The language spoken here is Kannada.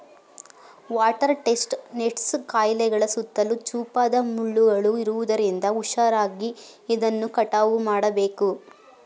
ವಾಟರ್ ಟೆಸ್ಟ್ ನೆಟ್ಸ್ ಕಾಯಿಗಳ ಸುತ್ತಲೂ ಚೂಪಾದ ಮುಳ್ಳುಗಳು ಇರುವುದರಿಂದ ಹುಷಾರಾಗಿ ಇದನ್ನು ಕಟಾವು ಮಾಡಬೇಕು